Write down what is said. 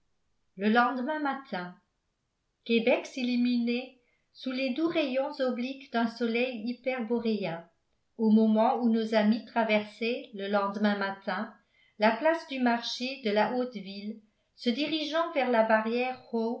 le lendemain matin québec s'illuminait sous les doux rayons obliques d'un soleil hyperboréen au moment où nos amis traversaient le lendemain matin la place du marché de la haute ville se dirigeant vers la barrière